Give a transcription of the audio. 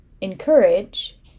encourage